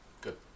Good